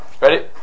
Ready